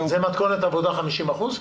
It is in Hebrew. זו מתכונת עבודה 50%?